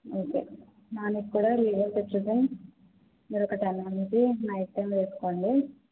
okay దానిక్కూడా levocetirizine మీరొక ten MG night time వేసుకోండి